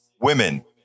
women